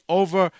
over